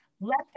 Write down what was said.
Let